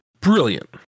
Brilliant